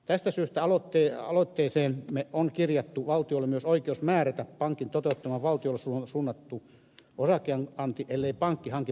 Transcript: tästä syystä aloitteeseemme on kirjattu valtiolle myös oikeus määrätä pankin toteuttama valtiolle suunnattu osakeanti ellei pankki hanki pääomasijoitusta muualta